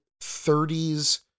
30s